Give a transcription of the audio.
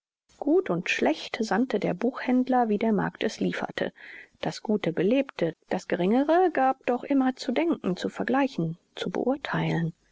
gut und schlecht sandte der buchhändler wie der markt es lieferte das gute belebte das geringere gab doch immer zu denken zu vergleichen zu beurtheilen